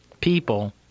people